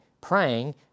praying